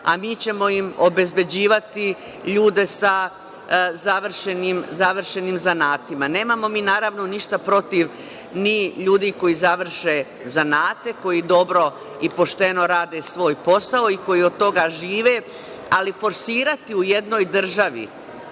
a mi ćemo im obezbeđivati ljude sa završenim zanatima. Nemamo mi naravno ništa protiv ni ljudi koji završe zanate, koji dobro i pošteno rade svoj posao i koji od toga žive, ali forsirati u jednoj državi,